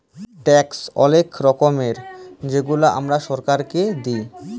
tax অলেক রকমের যেগলা আমরা ছরকারকে আমরা দিঁই